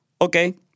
okay